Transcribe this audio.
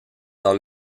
dans